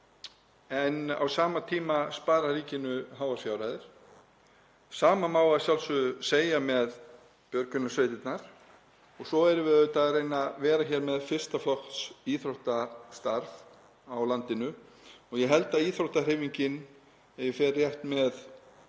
en á sama tíma að spara ríkinu háar fjárhæðir. Sama má að sjálfsögðu segja með björgunarsveitirnar og svo erum við auðvitað að reyna að vera með fyrsta flokks íþróttastarf á landinu. Ég held að íþróttahreyfingin sé, ef ég fer rétt með,